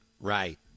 right